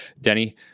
Denny